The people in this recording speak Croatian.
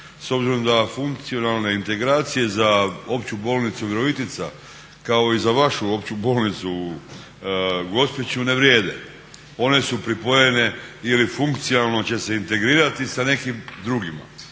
s obzirom da funkcionalne integracije za Opću bolnicu Virovitica, kao i za vašu Opću bolnicu u Gospiću ne vrijede. One su pripojene ili funkcionalno će se integrirati sa nekim drugima.